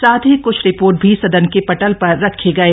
साथ ही क्छ रिपोर्ट भी सदन के पटल पर रखी गई